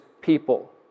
people